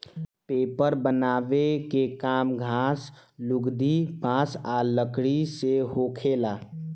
paper बनावे के काम घास, लुगदी, बांस आ लकड़ी से होखेला